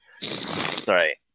sorry